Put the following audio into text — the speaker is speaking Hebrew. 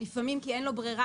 לפעמים כי אין לו ברירה,